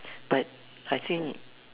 but I think